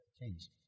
Change